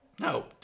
No